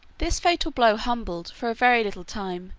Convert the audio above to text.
this fatal blow humbled, for a very little time,